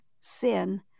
sin